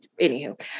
Anywho